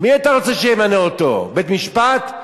מי אתה רוצה שימנה אותו, בית-משפט?